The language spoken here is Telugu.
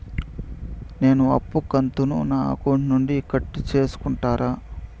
నేను అప్పు కంతును నా అకౌంట్ నుండి కట్ సేసుకుంటారా?